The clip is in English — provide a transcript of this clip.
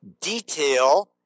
detail